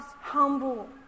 humble